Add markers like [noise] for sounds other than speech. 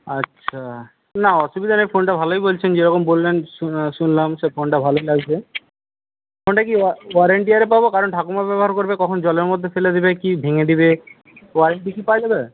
আচ্ছা না আসুবিধা নেই ফোনটা ভালোই বলছেন যেরকম বললেন শু শুনলাম সে ফোনটা ভালোই লাগছে ফোনটা কি ওয়া ওয়ারেন্টি [unintelligible] পাবো কারণ ঠাকুমা ব্যবহার করবে কখন জলের মধ্যে ফেলে দেবে কি ভেঙে দিবে ওয়ারেন্টি কি পাওয়া যাবে